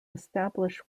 establish